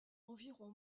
environ